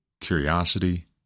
curiosity